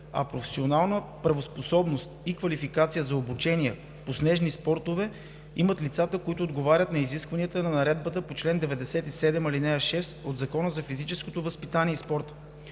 а професионална правоспособност и квалификация за обучение по снежни спортове имат лицата, които отговарят на изискванията на наредбата по чл. 97, ал. 6 от Закона за физическото възпитание и спорта.